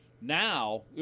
now